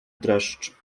dreszcz